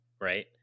right